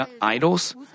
idols